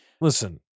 Listen